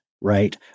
right